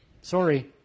sorry